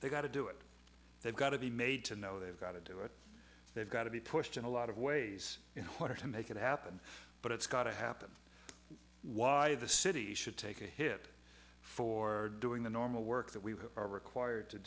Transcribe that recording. they've got to do it they've got to be made to know they've got to do it they've got to be pushed in a lot of ways you know harder to make it happen but it's got to happen why the city should take a hit for doing the normal work that we are required to